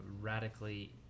radically